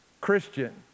Christian